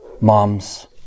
Moms